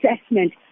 assessment